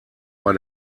bei